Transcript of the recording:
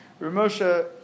Ramosha